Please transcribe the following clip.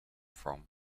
from